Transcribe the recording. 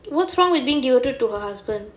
what's wrong with being devoted to her husband